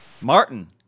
martin